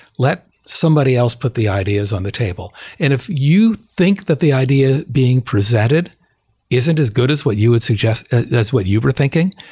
let somebody else put the ideas on the table. and if you think that the idea being presented isn't as good as what you would suggest that's what you were thinking,